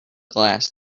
glass